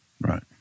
Right